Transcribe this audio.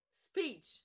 speech